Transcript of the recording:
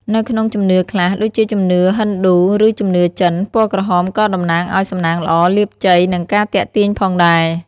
នៅក្នុងជំនឿខ្លះ ដូចជាជំនឿហិណ្ឌូ ឬជំនឿចិន ពណ៌ក្រហមក៏តំណាងឲ្យ សំណាងល្អ លាភជ័យ និងការទាក់ទាញផងដែរ។